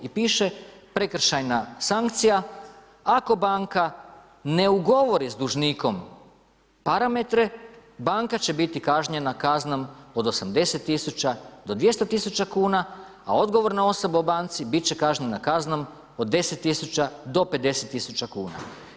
I piše prekršajna sankcija, ako banka ne ugovori s dužnikom parametre, banka će biti kažnjena kaznom od 80 tisuća do 200 tisuća kuna, a odgovorna osoba u banci biti će kažnjena kaznom od 10 tisuća do 50 tisuća kuna.